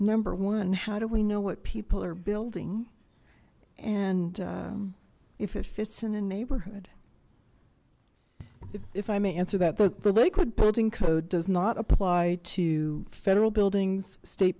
number one how do we know what people are building and if it fits in a neighborhood if i may answer that the lakewood building code does not apply to federal buildings state